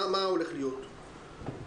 מה הולך להיות?